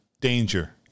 danger